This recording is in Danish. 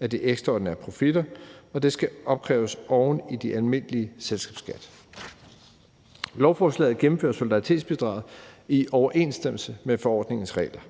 af de ekstraordinære profitter, og det skal opkræves oven i den almindelige selskabsskat. Lovforslaget gennemfører solidaritetsbidraget i overensstemmelse med forordningens regler.